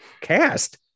Cast